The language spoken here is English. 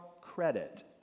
credit